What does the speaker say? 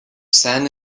sand